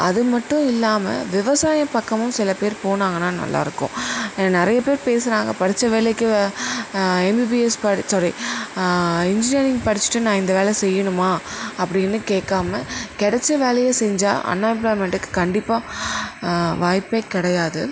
அது மட்டும் இல்லாமல் விவசாய பக்கமும் சில பேர் போனாங்கன்னால் நல்லாயிருக்கும் ஏன்னா நிறைய பேர் பேசுகிறாங்க படித்த வேலைக்கு எம்பிபிஎஸ் படி சாரி இன்ஜினியரிங் படிச்சிட்டு நான் இந்த வேலை செய்யணுமா அப்படின்னு கேட்காம கிடைச்ச வேலையை செஞ்சால் அன் எம்ப்ளாய்மெண்ட்டுக்கு கண்டிப்பாக வாய்ப்பே கிடையாது